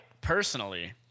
personally